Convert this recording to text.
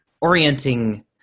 orienting